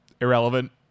Irrelevant